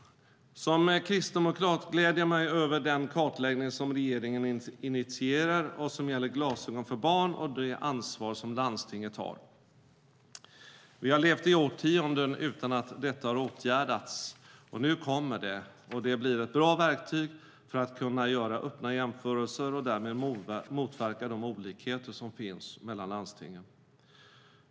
Som kristdemokrat gläder jag mig över den kartläggning som regeringen initierar och som gäller glasögon för barn och det ansvar som landstinget har. Vi har levt i årtionden utan att detta har åtgärdats. Nu kommer det, och det blir ett bra verktyg för att kunna göra öppna jämförelser och därmed motverka de olikheter som finns mellan landstingen.